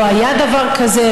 לא היה דבר כזה,